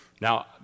Now